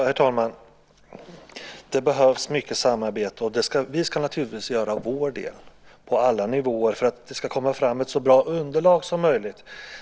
Herr talman! Det behövs mycket samarbete, och vi ska naturligtvis göra vår del på alla nivåer för att det ska komma fram ett så bra underlag som möjligt.